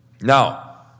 Now